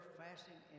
fasting